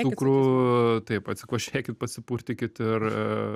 cukrų taip atsikvošėkit pasipurtykit ir